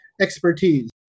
expertise